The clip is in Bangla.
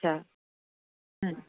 আচ্ছা হুম